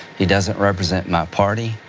he doesn't represent my party.